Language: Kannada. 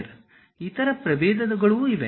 ಇತರ ಪ್ರಭೇದಗಳೂ ಇವೆ